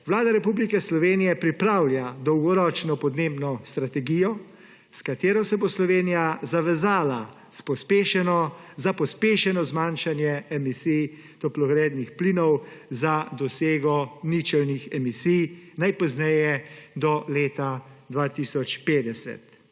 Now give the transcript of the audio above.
Vlada Republike Slovenije pripravlja dolgoročno podnebno strategijo, s katero se bo Slovenija zavezala za pospešeno zmanjšanje emisij toplogrednih plinov za dosego ničelnih emisij najpozneje do leta 2050.